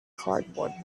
cardboard